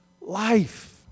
life